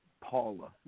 Paula